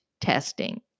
testing